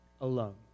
alone